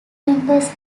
members